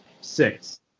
Six